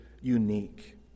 unique